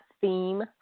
theme